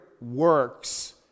works